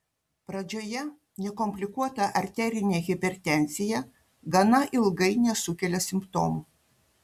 pradžioje nekomplikuota arterinė hipertenzija gana ilgai nesukelia simptomų